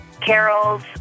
Carol's